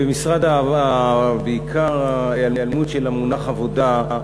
בעיקר ההיעלמות של המונח "עבודה"